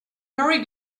merry